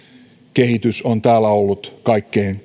kehitys on täällä ollut kaikkein